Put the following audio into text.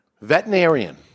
Veterinarian